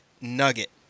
nugget